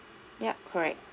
yup correct